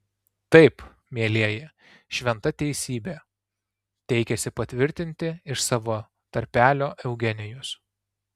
taip mielieji šventa teisybė teikėsi patvirtinti iš savo tarpelio eugenijus